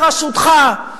בראשותך.